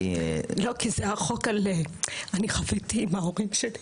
אני חוויתי עם ההורים שלי.